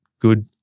good